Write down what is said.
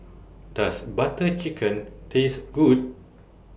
Does Butter Chicken Taste Good